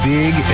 big